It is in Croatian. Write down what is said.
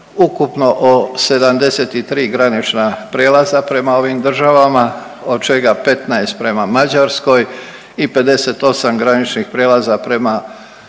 ukupno o 73 granična prijelaza prema ovim državama, od čega 15 prema Mađarskoj i 58 graničnih prijelaza prema